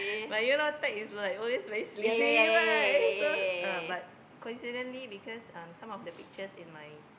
but you know tag is like is always very sleazy right so uh but coincidently because um some of the pictures in my